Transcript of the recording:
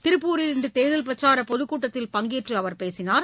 திருப்பூரில் இன்றுதேர்தல் பிரச்சாரபொதுக் கூட்டத்தில் பங்கேற்றுஅவர் பேசினார்